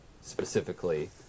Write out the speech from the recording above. specifically